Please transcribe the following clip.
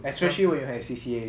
especially when you have C_C_A